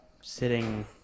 sitting